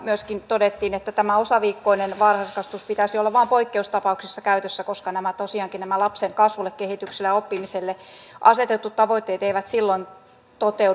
myöskin todettiin että tämän osaviikkoisen varhaiskasvatuksen pitäisi olla vain poikkeustapauksissa käytössä koska tosiaankaan nämä lapsen kasvulle kehitykselle ja oppimiselle asetetut tavoitteet eivät silloin toteudu